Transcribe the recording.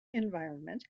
environment